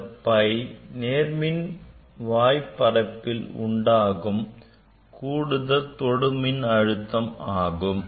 இந்த phi நேர்மின்வாய் பரப்பில் உண்டாகும் கூடுதல் தொடு மின்னழுத்தம் ஆகும்